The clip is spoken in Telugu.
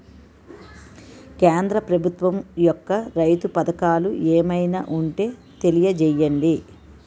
కేంద్ర ప్రభుత్వం యెక్క రైతు పథకాలు ఏమైనా ఉంటే తెలియజేయండి?